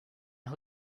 who